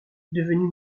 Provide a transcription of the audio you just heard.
devenue